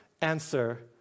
answer